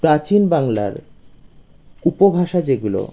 প্রাচীন বাংলার উপভাষা যেগুলো